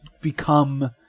become